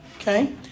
Okay